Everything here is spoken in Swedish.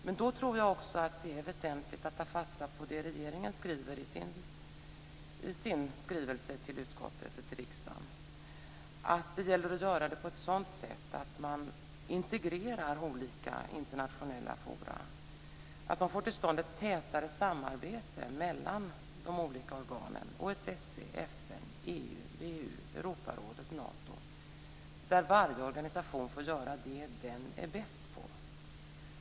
Men jag tror att det då också är väsentligt att ta fasta på det som regeringen framhåller i sin skrivelse till riksdagen, att det gäller att göra det på ett sådant sätt att man integrerar olika internationella forum, så att man får till stånd ett tätare samarbete mellan de olika organen - OSSE, FN, EU, VEU, Europarådet och Nato - där varje organisation får göra det som den är bäst på.